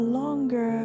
longer